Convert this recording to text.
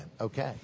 Okay